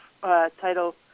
title